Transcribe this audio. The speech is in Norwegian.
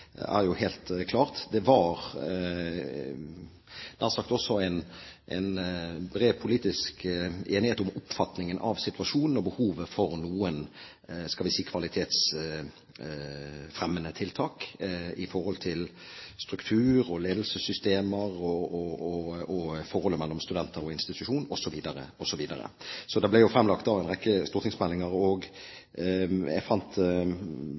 oppfatningen av situasjonen og behovet for noen – skal vi si – kvalitetsfremmende tiltak i forhold til struktur, ledelsessystemer og forholdet mellom studenter og institusjon osv. Så det har blitt fremlagt en rekke stortingsmeldinger. Jeg fant